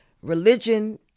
Religion